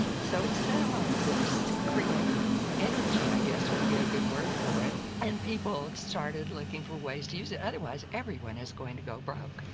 so it set off this creative. energy, i guess would be a good word for it, and people started looking for ways to use it, otherwise everyone is going to go broke.